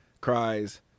cries